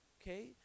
Okay